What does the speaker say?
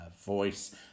voice